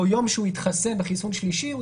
ביום שהוא התחסן בחיסון שלישי,